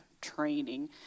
training